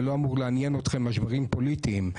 ולא אמורים לעניין אתכם משברים פוליטיים,